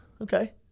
Okay